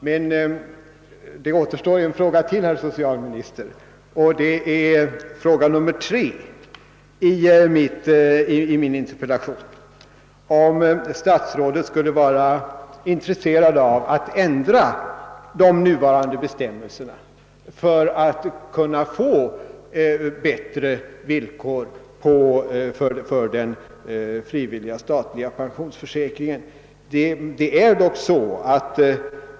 Det återstår emellertid en fråga till, herr socialminister, nämligen fråga nr 3 i min interpellation, om statsrådet skulle vara intresserad av att ändra de nuvarande bestämmelserna för att man skulle kunna få bättre villkor för den frivilliga statliga pensionsförsäkringen.